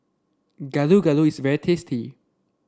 Gado Gado is very tasty